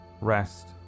rest